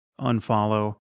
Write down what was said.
Unfollow